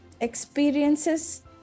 experiences